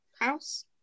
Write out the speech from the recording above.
House